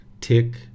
Tick